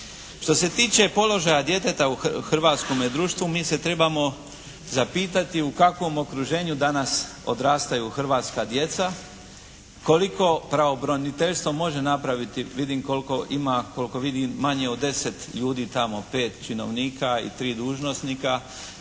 Što se tiče položaja djeteta u hrvatskome društvu mi se trebamo zapitati u kakvom okruženju danas odrastaju hrvatska djeca, koliko pravobraniteljstvo može napraviti. Vidim koliko ima, koliko vidim manje od deset ljudi tamo, pet činovnika i tri dužnosnika